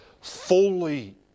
fully